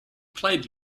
played